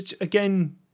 again